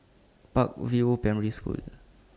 Park View Primary School